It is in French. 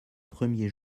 premiers